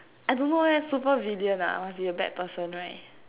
I don't know leh super villain ah must be a bad person right